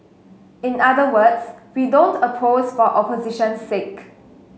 in other words we don't oppose for opposition's sake